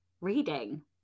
reading